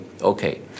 okay